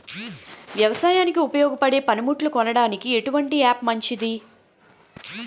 వ్యవసాయానికి ఉపయోగపడే పనిముట్లు కొనడానికి ఎటువంటి యాప్ మంచిది?